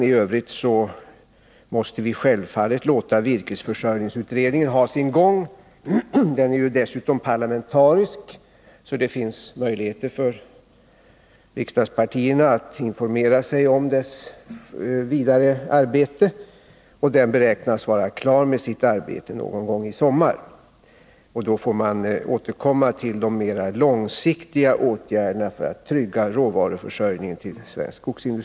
I övrigt måste vi självfallet låta virkesförsörjningsutredningen ha sin gång. Denna är ju parlamentariskt sammansatt, och det finns därför möjligheter för riksdagspartierna att informera sig om dess vidare arbete. Den beräknas vara klar med sitt arbete någon gång i sommar, och vi får då återkomma till de mera långsiktiga åtgärderna för att trygga svensk skogsindustris råvaruförsörjning.